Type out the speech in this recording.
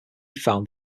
found